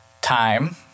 time